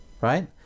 right